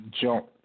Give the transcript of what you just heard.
jump